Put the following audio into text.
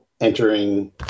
entering